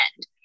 end